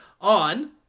on